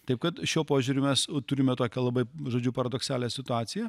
taip kad šiuo požiūriu mes turime tokią labai žodžių paradoksalią situaciją